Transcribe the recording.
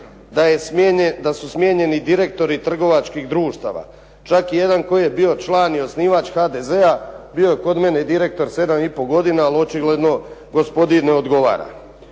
da su smijenjeni direktori trgovačkih društava čak jedan koji je bio član i osnivač HDZ-a bio je kod mene direktor 7 i pol godina. Ali očigledno gospodin ne odgovara.